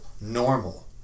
normal